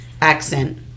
accent